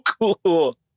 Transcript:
cool